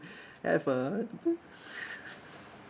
have a